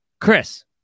Chris